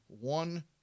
one